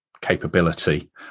capability